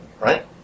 right